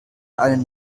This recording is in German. eine